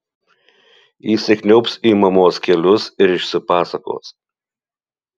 įsikniaubs į mamos kelius ir išsipasakos